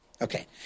Okay